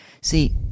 See